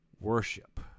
worship